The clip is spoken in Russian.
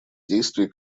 действий